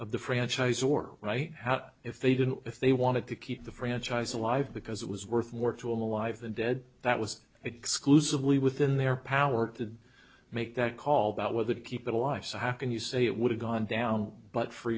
of the franchise or how if they didn't if they wanted to keep the franchise alive because it was worth more to alive than dead that was exclusively within their power to make that call that was that keep it alive so how can you say it would have gone down but for